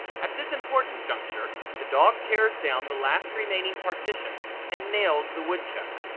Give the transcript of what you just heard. at this important juncture, the dog tears down the last remaining partitions and nails the woodchuck.